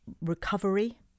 Recovery